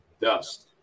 dust